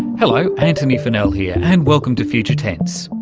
hello, antony funnell here and welcome to future tense,